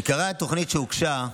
עיקרי התוכנית שהוגשה,